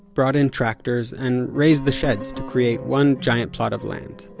brought in tractors and raise the sheds to create one giant plot of land.